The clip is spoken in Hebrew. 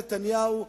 נתניהו,